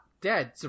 dead